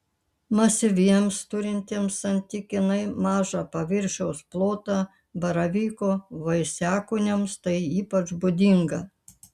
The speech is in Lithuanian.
masyviems turintiems santykinai mažą paviršiaus plotą baravyko vaisiakūniams tai ypač būdinga